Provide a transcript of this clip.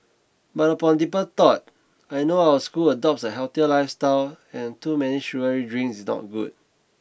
but upon deeper thought I know our school adopts a healthier lifestyle and too many sugary drinks is not good